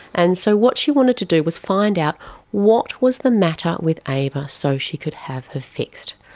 and so what she wanted to do was find out what was the matter with ava so she could have her fixed,